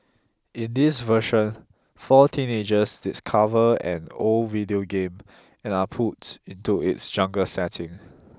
in this version four teenagers discover an old video game and are pulled into its jungle setting